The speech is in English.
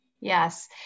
Yes